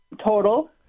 total